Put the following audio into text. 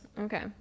okay